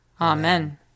Amen